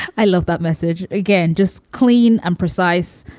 i love that message again. just clean and precise.